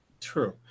True